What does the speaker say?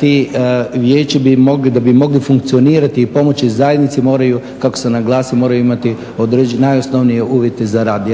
ti riječi, da bi mogli funkcionirati i pomoći zajednici moraju kako sam naglasio, moraju imati najosnovnije uvjete za rad